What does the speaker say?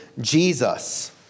Jesus